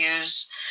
use